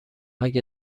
اگه